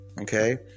okay